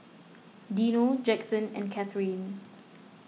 Dino Jackson and Kathrine